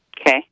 Okay